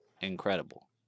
incredible